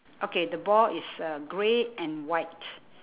okay the ball is uh grey and white